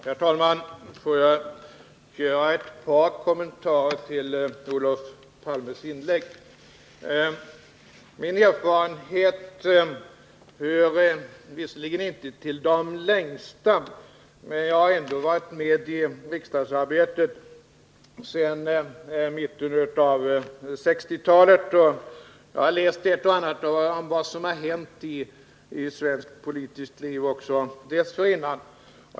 Herr talman! Får jag göra ett par kommentarer till Olof Palmes inlägg. Min erfarenhet hör visserligen inte till den längsta, men jag har ändå varit med i riksdagsarbetet sedan mitten av 1960-talet och har också läst ett och annat om vad som har hänt i svenskt politiskt liv dessförinnan.